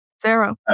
Zero